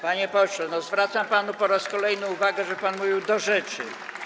Panie pośle, zwracam panu po raz kolejny uwagę, żeby pan mówił do rzeczy.